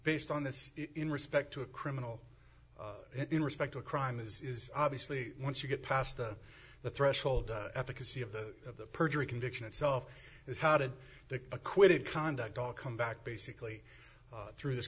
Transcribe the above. based on this in respect to a criminal in respect to a crime is obviously once you get past the the threshold efficacy of the of the perjury conviction itself is how did the acquitted conduct all come back basically through this